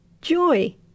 Joy